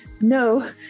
No